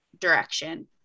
direction